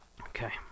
Okay